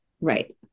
Right